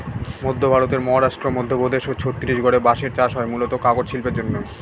মধ্য ভারতের মহারাষ্ট্র, মধ্যপ্রদেশ ও ছত্তিশগড়ে বাঁশের চাষ হয় মূলতঃ কাগজ শিল্পের জন্যে